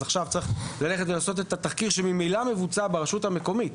אז עכשיו צריך ללכת ולעשות את התחקיר שממילא מבוצע ברשות המקומית.